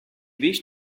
wish